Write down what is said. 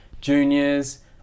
juniors